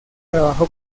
trabajó